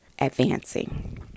advancing